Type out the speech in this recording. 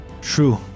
true